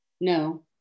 No